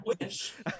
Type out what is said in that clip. wish